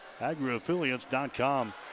agriaffiliates.com